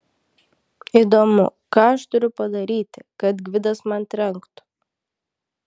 įdomu ką aš turiu padaryti kad gvidas man trenktų